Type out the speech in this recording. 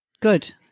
good